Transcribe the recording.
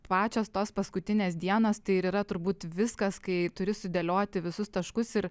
pačios tos paskutinės dienos tai ir yra turbūt viskas kai turi sudėlioti visus taškus ir